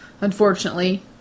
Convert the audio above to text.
unfortunately